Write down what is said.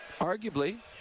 arguably